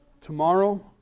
Tomorrow